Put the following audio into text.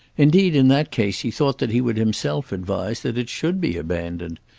indeed in that case he thought that he would himself advise that it should be abandoned.